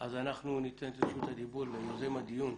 ניתן את רשותך הדיבור ליוזם הדיבור,